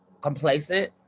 complacent